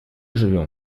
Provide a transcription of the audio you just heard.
живем